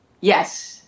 Yes